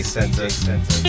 Center